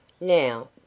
Now